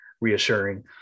reassuring